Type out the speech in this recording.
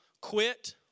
quit